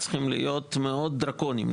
צריכים להיות מאוד דרקוניים.